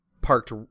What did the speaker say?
parked